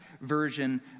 version